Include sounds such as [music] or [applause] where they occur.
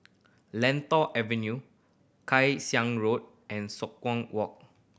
Lentor Avenue Kay Siang Road and [unintelligible] Walk